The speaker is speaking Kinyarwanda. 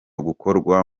gukorwa